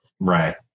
Right